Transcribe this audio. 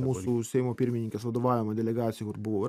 mūsų seimo pirmininkės vadovaujama delegacija buvo